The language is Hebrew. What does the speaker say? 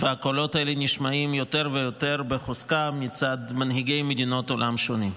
הקולות האלה נשמעים יותר ויותר בחוזקה מצד מנהיגי מדינות עולם שונים.